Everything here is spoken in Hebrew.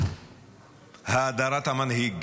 האדרת המנהיג.